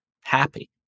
happy